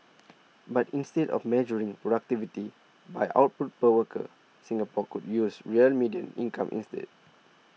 but instead of measuring productivity by output per worker Singapore could use real median income instead